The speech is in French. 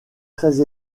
très